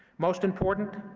most important,